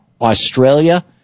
Australia